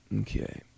Okay